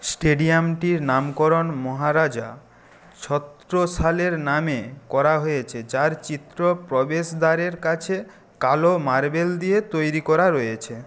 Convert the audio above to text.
স্টেডিয়ামটির নামকরণ মহারাজা ছত্রশালের নামে করা হয়েছে যার চিত্র প্রবেশদ্বারের কাছে কালো মার্বেল দিয়ে তৈরি করা রয়েছে